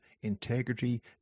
integrity